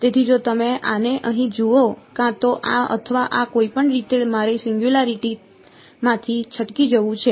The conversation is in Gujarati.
તેથી જો તમે આને અહીં જુઓ કાં તો આ અથવા આ કોઈપણ રીતે મારે સિંગયુંલારીટી માંથી છટકી જવું છે